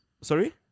sorry